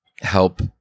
help